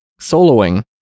Soloing